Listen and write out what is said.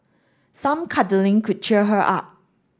some cuddling could cheer her up